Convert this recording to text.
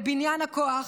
לבניין הכוח,